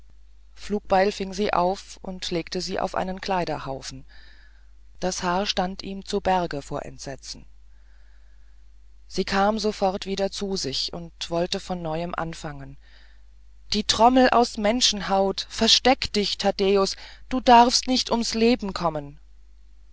flugbeil fing sie auf und legte sie auf einen kleiderhaufen das haar stand ihm zu berge vor entsetzen sie kam sofort wieder zu sich und wollte von neuem anfangen die trommel aus menschenhaut versteck dich taddäus du darfst nicht ums leben kommen